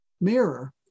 mirror